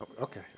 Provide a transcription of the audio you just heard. Okay